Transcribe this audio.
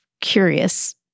curious